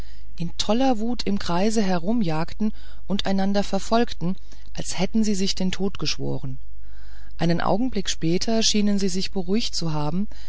in toller wut im kreise herumjagten und einander verfolgten als hätten sie sich den tod geschworen einen augenblick später schienen sie sich beruhigt zu haben